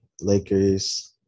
Lakers